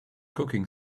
cooking